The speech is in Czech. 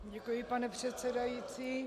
Děkuji, pane předsedající.